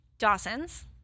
Dawson's